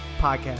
Podcast